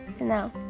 No